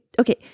Okay